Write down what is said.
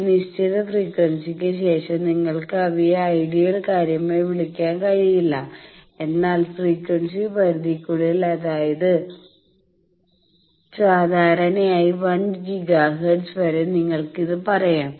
ഒരു നിശ്ചിത ഫ്രീക്വൻസിക്ക് ശേഷം നിങ്ങൾക്ക് അവയെ ഐഡിയൽ കാര്യമായി വിളിക്കാൻ കഴിയില്ല എന്നാൽ ഫ്രീക്വൻസി പരിധിക്കുള്ളിൽ അതായത് സാധാരണയായി 1 ഗിഗാ ഹെർട്സ് വരെ നിങ്ങൾക്ക് ഇത് പറയാം